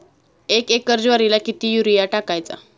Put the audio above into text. एक एकर ज्वारीला किती युरिया टाकायचा?